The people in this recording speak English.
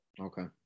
Okay